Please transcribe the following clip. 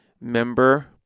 member